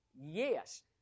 Yes